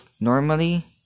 normally